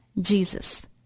Jesus